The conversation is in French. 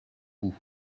bout